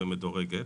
מדורגת,